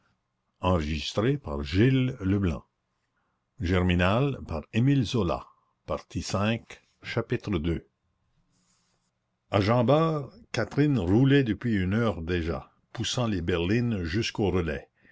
ii a jean bart catherine roulait depuis une heure déjà poussant les berlines jusqu'au relais